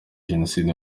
jenoside